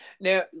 Now